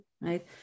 right